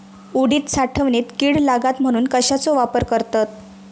उडीद साठवणीत कीड लागात म्हणून कश्याचो वापर करतत?